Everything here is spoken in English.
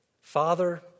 Father